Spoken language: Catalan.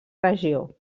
regió